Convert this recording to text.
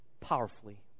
powerfully